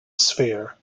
sphere